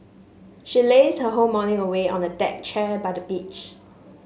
she lazed her whole morning away on a deck chair by the beach